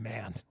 Man